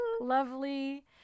lovely